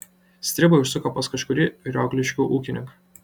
stribai užsuko pas kažkurį riogliškių ūkininką